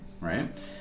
Right